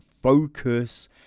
Focus